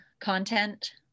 content